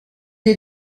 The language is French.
est